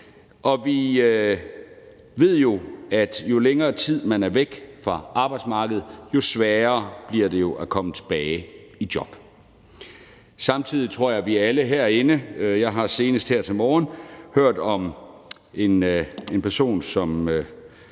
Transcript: Og vi ved, at jo længere tid man er væk fra arbejdsmarkedet, jo sværere bliver det at komme tilbage i job. Jeg har senest her til morgen hørt om en person, som